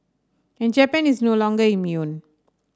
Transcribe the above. and Japan is no longer immune